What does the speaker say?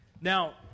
Now